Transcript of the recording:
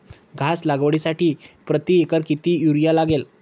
घास लागवडीसाठी प्रति एकर किती युरिया लागेल?